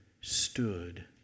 stood